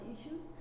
issues